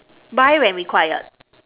buy when required